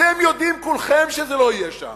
אתם יודעים כולכם שזה לא יהיה שם,